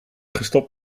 gestopt